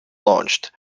launched